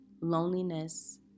loneliness